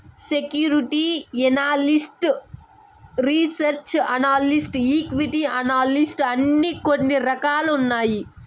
security analyst research analyst equity analyst అని కొన్ని రకాలు ఉన్నాయి